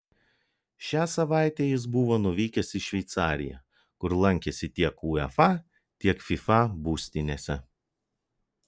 šią savaitę jis buvo nuvykęs į šveicariją kur lankėsi tiek uefa tiek fifa būstinėse